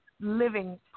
living